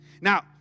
Now